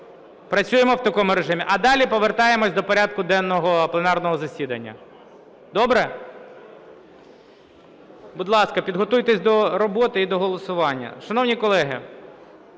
Працюємо в такому режимі, а далі повертаємося до порядку денного пленарного засідання. Добре? Будь ласка, підготуйтесь до роботи і до голосування. Шановні колеги,